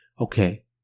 okay